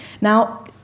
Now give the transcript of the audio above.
Now